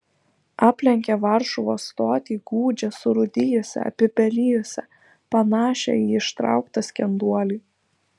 aplenkė varšuvos stotį gūdžią surūdijusią apipelijusią panašią į ištrauktą skenduolį